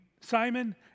Simon